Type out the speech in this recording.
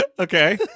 Okay